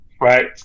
Right